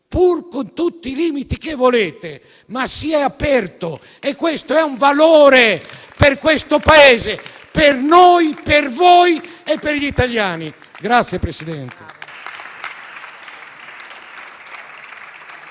pur con tutti i limiti che volete, ma si è aperto e questo è un valore per questo Paese; per noi, per voi e per gli italiani.